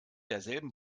derselben